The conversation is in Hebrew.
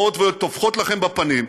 באות וטופחות לכם על הפנים,